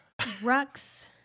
Rux